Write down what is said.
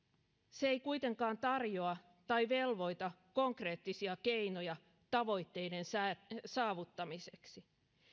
se ei kuitenkaan tarjoa tai velvoita konkreettisia keinoja tavoitteiden saavuttamiseksi